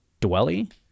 Dwelly